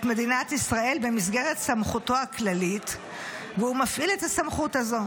מדינת ישראל במסגרת סמכותו הכללית והוא מפעיל את הסמכות הזו.